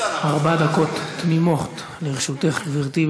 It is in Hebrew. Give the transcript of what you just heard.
ארבע דקות תמימות לרשותך, גברתי.